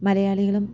മലയാളികളും